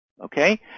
okay